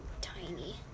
tiny